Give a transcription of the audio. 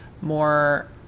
more